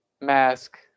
mask